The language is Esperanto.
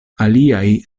aliaj